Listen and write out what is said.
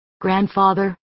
grandfather